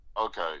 Okay